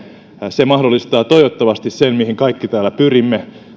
se mahdollistaa toivottavasti sen mihin kaikki täällä pyrimme